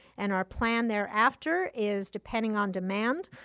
and our plan thereafter is, depending on demand,